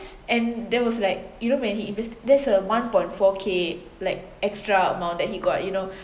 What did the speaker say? and there was like you know when he inve~ there’s a one point four k like extra amount that he got you know